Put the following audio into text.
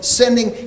sending